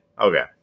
Okay